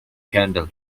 candle